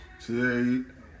Today